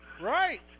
Right